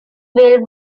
while